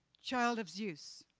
child of zeus,